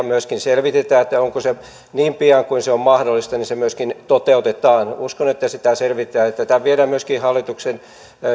myöskin selvitetään että onko se mahdollista niin pian kuin se on mahdollista niin se myöskin toteutetaan uskon että sitä selvitetään tätä viedään myöskin hallituksen